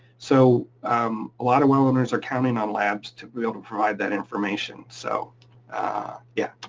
so um a lot of well owners are counting on labs to be able to provide that information. so yeah.